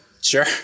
Sure